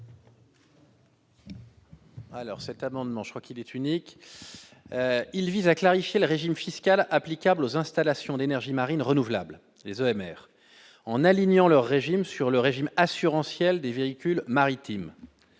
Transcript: Alors, cet amendement, je crois qu'il est unique, il vise à clarifier le régime fiscal applicable aux installations d'énergies marines renouvelables EMR en alignant leur régime sur le régime assuranciel des véhicules maritime,